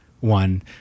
One